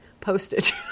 postage